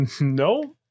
No